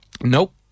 nope